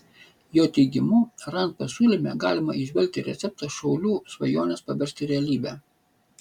jo teigimu rand pasiūlyme galima įžvelgti receptą šaulių svajones paversti realybe